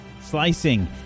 Slicing